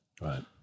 Right